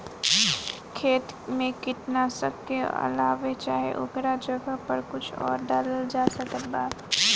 खेत मे कीटनाशक के अलावे चाहे ओकरा जगह पर कुछ आउर डालल जा सकत बा?